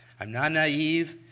i'm not naive.